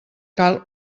cal